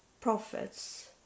prophets